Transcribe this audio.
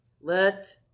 let